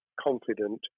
confident